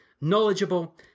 knowledgeable